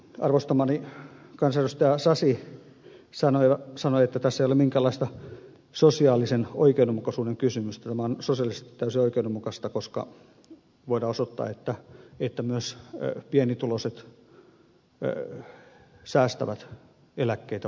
arvostamani kansanedustaja sasi sanoi että tässä ei ole minkäänlaista sosiaalisen oikeudenmukaisuuden kysymystä että tämä on sosiaalisesti täysin oikeudenmukaista koska voidaan osoittaa että myös pienituloiset säästävät eläkkeitä varten